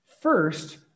first